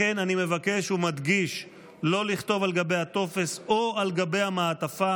לכן אני מבקש ומדגיש לא לכתוב על גבי הטופס או על גבי המעטפה